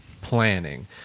planning